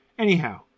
Anyhow